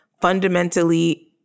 fundamentally